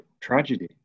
tragedy